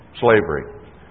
slavery